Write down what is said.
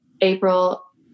April